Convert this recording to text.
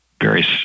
various